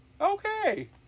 Okay